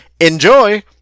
Enjoy